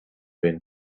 been